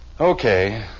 Okay